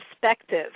perspective